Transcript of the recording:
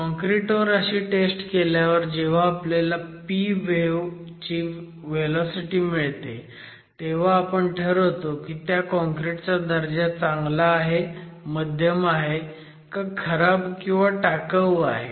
काँक्रिटवर अशी टेस्ट केल्यावर जेव्हा आपल्याला p वेव्ह ची व्हेलॉसिटी मिळते तेव्हा आपण ठरवतो की त्या काँक्रिटचा दर्जा चांगला आहे मध्यम आहे का खराब किंवा टाकाऊ आहे